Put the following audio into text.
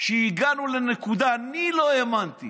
שהגענו לנקודה, אני לא האמנתי